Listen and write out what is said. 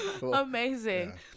amazing